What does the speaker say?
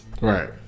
Right